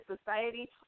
society